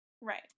Right